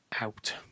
out